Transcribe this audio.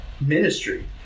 ministry